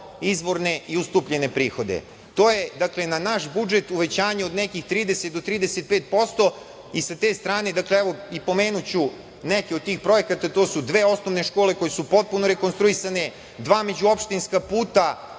izvorne i ustupljene prihode. To je na naš budžet uvećanje od nekih 30 do 35%.Pomenuću neke od tih projekata. To su dve osnovne škole koje su potpuno rekonstruisane, dva međuopštinska puta